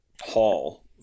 hall